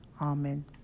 Amen